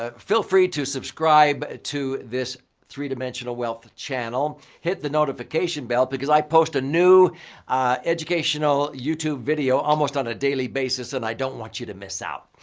ah feel free to subscribe to this three-dimensional wealth channel. hit the notification bell because i post new educational youtube video almost on a daily basis and i don't want you to miss out.